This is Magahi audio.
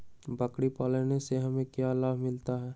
बकरी पालने से हमें क्या लाभ मिलता है?